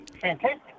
Fantastic